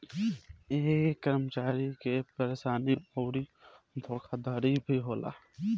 ऐमे कर्मचारी के परेशानी अउर धोखाधड़ी भी होला